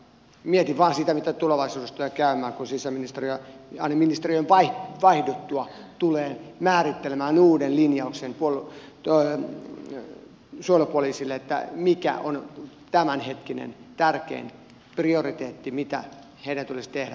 mietin vain sitä miten tulevaisuudessa tulee käymään kun sisäministeriö tulee määrittelemään uuden linjauksen suojelupoliisille sen mikä on tämänhetkinen tärkein prioriteetti mitä suojelupoliisin tulisi tehdä